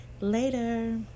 Later